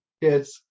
Yes